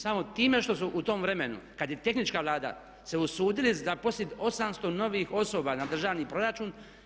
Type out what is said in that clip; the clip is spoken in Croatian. Samo time što su u tom vremenu kad je tehnička Vlada se usudili zaposliti 800 novih osoba na državni proračun.